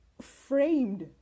framed